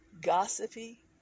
gossipy